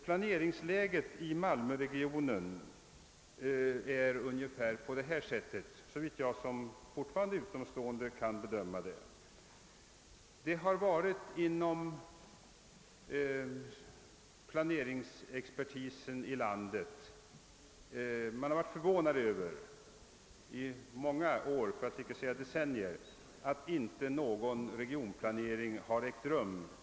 Planeringsläget i malmöregionen är ungefär följande, såvitt jag som utomstående — jag påpekar det förhållandet ännu en gång — kan bedöma. Planeringsexpertisen i landet har i många år, för att inte säga i decennier, varit förvånad över att någon regionplanering i malmöområdet icke ägt rum.